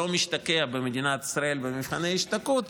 לא משתקעים במדינת ישראל במבחן ההשתקעות,